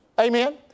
Amen